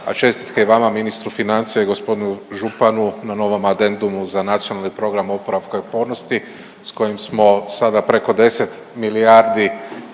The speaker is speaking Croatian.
a čestitke i vama, ministru financija i g. Županu na novom addendumu za Nacionalni plan oporavka i otpornosti s kojim smo sada preko 10 milijardi